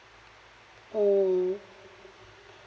mm